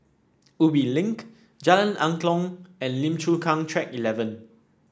Ubi Link Jalan Angklong and Lim Chu Kang Track Eleven